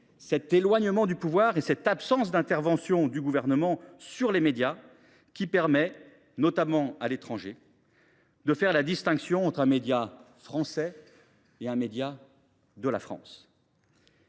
cet éloignement du pouvoir et cette absence d’intervention du Gouvernement dans les médias qui permettent, notamment à l’étranger, de distinguer un média français d’un média de la France.